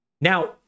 now